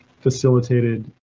facilitated